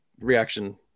reaction